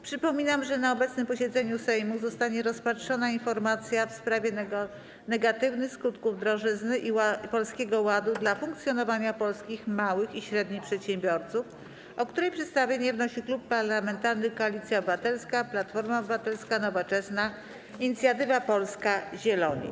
Przypominam, że na obecnym posiedzeniu Sejmu zostanie rozpatrzona informacja w sprawie negatywnych skutków drożyzny i Polskiego Ładu dla funkcjonowania polskich małych i średnich przedsiębiorców, o której przedstawienie wnosi Klub Parlamentarny Koalicja Obywatelska - Platforma Obywatelska, Nowoczesna, Inicjatywa Polska, Zieloni.